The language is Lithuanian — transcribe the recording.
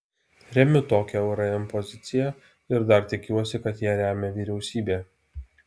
remiu tokią urm poziciją ir dar tikiuosi kad ją remia vyriausybė